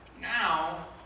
Now